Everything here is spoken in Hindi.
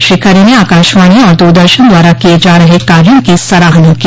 श्री खरे ने आकाशवाणी और दूरदर्शन द्वारा किये जा रहे कार्यो की सराहना की